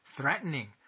threatening